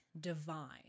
divine